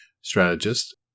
strategist